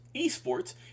eSports